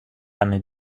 années